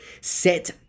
set